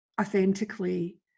authentically